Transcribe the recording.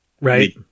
Right